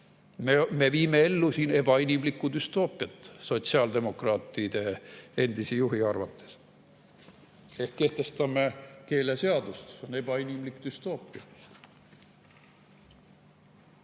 Me viime ellu siin ebainimlikku düstoopiat sotsiaaldemokraatide endise juhi arvates. Ehk kehtestame keeleseadust, see on ebainimlik düstoopia.